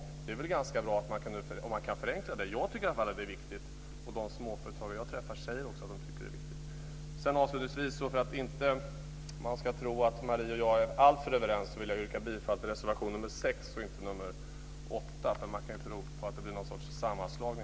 Det är väl bra om vi kan förenkla. Jag tycker att det är viktigt. De småföretagare jag träffar säger också att de tycker att det är viktigt. För att ingen ska tro att Marie Engström och jag är alltför överens vill jag yrka bifall till reservation nr 6 och inte nr 8. Annars kan man tro att det blir en sammanslagning.